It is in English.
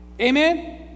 Amen